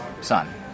son